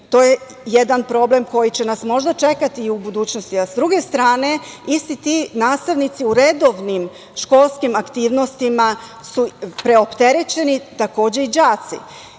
To je jedan problem koji će nas možda čekati i u budućnosti. Sa druge strane, isti ti nastavnici u redovnim školskim aktivnostima su preopterećeni, a takođe i đaci. Na